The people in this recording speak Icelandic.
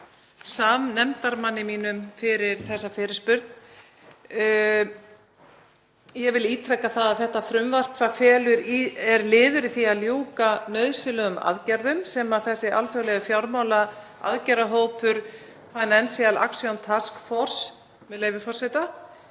samnefndarmanni mínum fyrir þessa fyrirspurn. Ég vil ítreka að þetta frumvarp er liður í því að ljúka nauðsynlegum aðgerðum sem þessi alþjóðlegi fjármálaaðgerðahópur, Financial Action Task Force, með leyfi forseta,